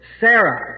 Sarah